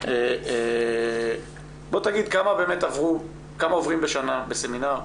משה, בוא תגיד כמה עוברים בשנה בסמינר,